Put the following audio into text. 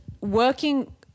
working